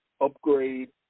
upgrade